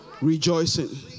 Rejoicing